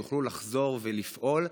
יוכלו לחזור ולפעול,